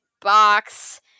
box